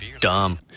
dumb